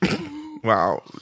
Wow